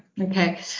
okay